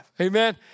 Amen